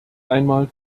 einmal